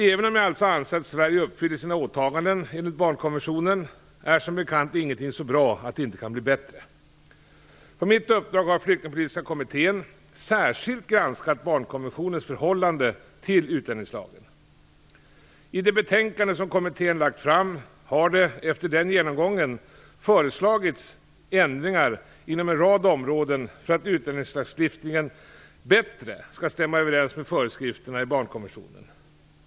Även om jag alltså anser att Sverige uppfyller sina åtaganden enligt barnkonventionen är som bekant ingenting så bra att det inte kan bli bättre. På mitt uppdrag har Flyktingpolitiska kommittén särskilt granskat barnkonventionens förhållande till utlänningslagen. I det betänkande som kommittén lagt fram har det, efter den genomgången, föreslagits ändringar inom en rad områden för att utlänningslagstiftningen bättre skall stämma överens med föreskrifterna i barnkonventionen.